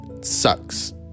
sucks